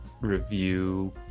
review